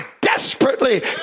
desperately